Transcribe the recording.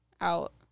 out